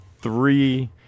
three